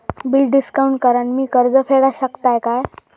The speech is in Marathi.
बिल डिस्काउंट करान मी कर्ज फेडा शकताय काय?